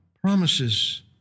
promises